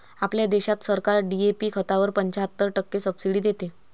आपल्या देशात सरकार डी.ए.पी खतावर पंच्याहत्तर टक्के सब्सिडी देते